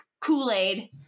kool-aid